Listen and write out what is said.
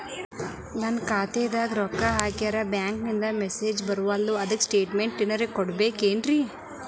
ನನ್ ಖಾತ್ಯಾಗ ರೊಕ್ಕಾ ಹಾಕ್ಯಾರ ಬ್ಯಾಂಕಿಂದ ಮೆಸೇಜ್ ಬರವಲ್ದು ಅದ್ಕ ಸ್ಟೇಟ್ಮೆಂಟ್ ಏನಾದ್ರು ಕೊಡ್ತೇರೆನ್ರಿ?